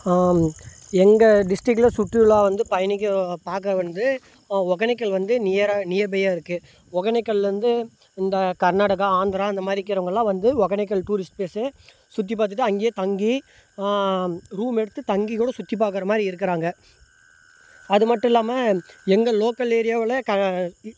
எங்கள் டிஸ்டிக்கில் சுற்றுலா வந்து பயணிகள் பார்க்க வந்து ஒகேனக்கல் வந்து நியராக நியர்பையாக இருக்குது ஒகேனக்கல்லேருந்து இந்த கர்நாடகா ஆந்திரா இந்த மாதிரி இருக்கிறவங்கலாம் வந்து ஒகேனக்கல் டூரிஸ்ட் பிளேசு சுற்றி பார்த்துட்டு அங்கேயே தங்கி ரூம் எடுத்து தங்கி கூட சுற்றி பார்க்குற மாதிரி இருக்கிறாங்க அது மட்டும் இல்லாமல் எங்கள் லோக்கல் ஏரியாவில்